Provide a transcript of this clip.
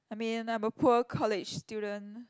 I mean I'm a poor college student